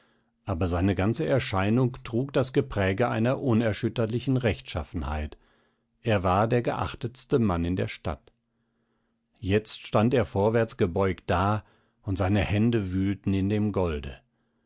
aber seine ganze erscheinung trug das gepräge einer unerschütterlichen rechtschaffenheit er war der geachtetste mann in der stadt jetzt stand er vorwärts gebeugt da und seine hände wühlten in dem golde